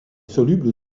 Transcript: soluble